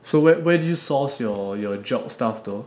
so where where do you source your your job stuff though